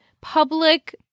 public